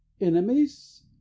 enemies